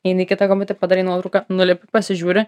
eini kita kamputį padarai nuotrauką nulipi pasižiūri